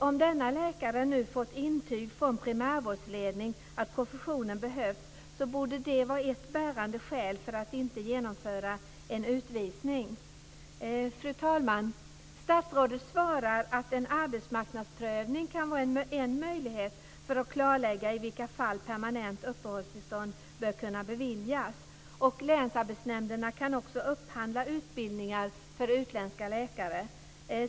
Om denna läkare nu fått intyg från primärvårdsledning att professionen behövs, borde det vara ett bärande skäl för att inte genomföra en utvisning. Fru talman! Statsrådet svarar att en arbetsmarknadsprövning kan vara en möjlighet för att klarlägga i vilka fall permanent uppehållstillstånd bör kunna beviljas. Länsarbetsnämnderna kan också upphandla utbildningar för utländska läkare.